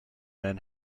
men